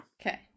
Okay